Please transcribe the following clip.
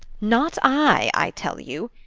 not i, i tell you,